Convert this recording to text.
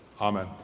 Amen